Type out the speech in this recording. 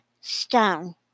stone